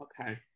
Okay